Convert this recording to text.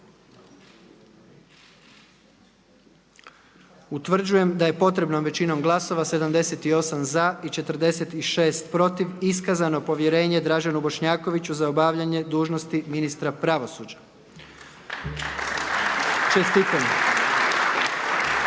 Utvrđujem da je sa 78 glasova za i 46 protiv iskazano povjerenje Lovri Kuščeviću za obavljanje dužnosti ministra uprave. Čestitam.